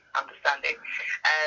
understanding